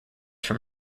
from